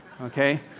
okay